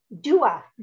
Dua